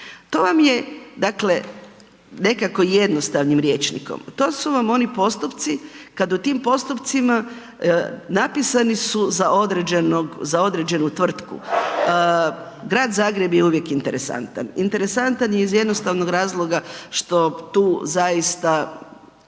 To vam je dakle nekako jednostavnim rječnikom, to su vam oni postupci kad u tim postupcima napisani su za određenog, za određenu tvrtku, Grad Zagreb je uvijek interesantan, interesantan je iz jednostavnog razloga što tu zaista